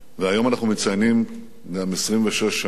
היום אנחנו מציינים גם 26 שנים